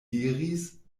diris